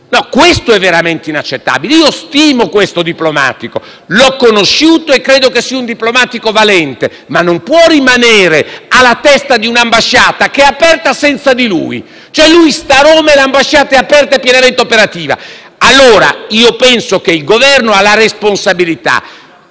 è veramente inaccettabile. Stimo questo diplomatico, l'ho conosciuto e credo che sia un diplomatico valente, ma non può rimanere alla testa di un'ambasciata aperta senza di lui: l'ambasciatore sta a Roma e l'ambasciata è aperta e pienamente operativa. Penso dunque che il Governo abbia la responsabilità